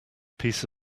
piece